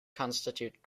constitute